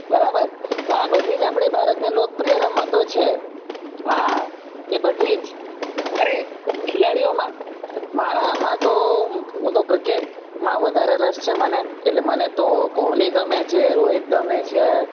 બરાબર તો આ બધી જ આપણી ભારતની લોકપ્રિય રમતો છે હા એ બધી જ અરે ખિલાડીઓમાં મારામાં તો હું તો ક્રિકેટમાં વધારે રસ છે મને એટલે મને તો કોહલી ગમે છે રોહિત ગમે છે